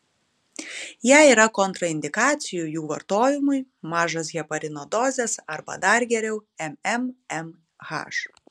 jei yra kontraindikacijų jų vartojimui mažos heparino dozės arba dar geriau mmmh